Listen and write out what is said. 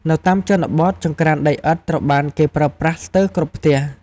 នៅតាមជនបទ ចង្ក្រានដីឥដ្ឋត្រូវបានគេប្រើប្រាស់ស្ទើរគ្រប់ផ្ទះ។